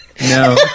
No